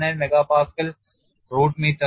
79 MPa root metre ആണ്